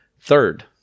Third